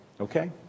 okay